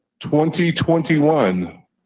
2021